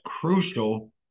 crucial